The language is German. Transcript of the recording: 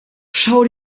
schau